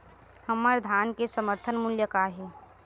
हमर धान के समर्थन मूल्य का हे?